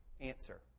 answer